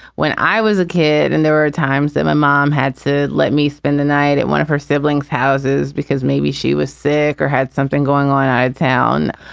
when i was a kid and there were times that my mom had to let me spend the night at one of her siblings houses because maybe she was sick or had something going on. i'd town.